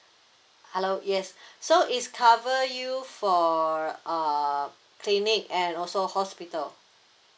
hello yes so it's cover you for err clinic and also hospital